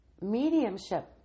mediumship